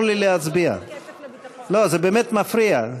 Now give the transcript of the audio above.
לא, זה באמת מפריע.